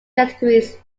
categories